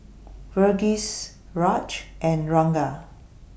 Verghese Raj and Ranga